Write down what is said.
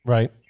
Right